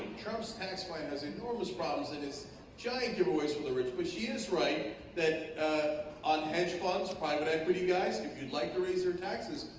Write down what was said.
trump's tax plan has enormous problems and giant giveaways for the rich, but she is right that on hedge funds, private equity guys, if you'd like to raise their taxes,